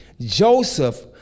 Joseph